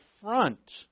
front